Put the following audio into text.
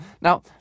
Now